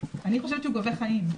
אני חושבת שהוא גובה חיים,